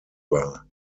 war